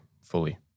Fully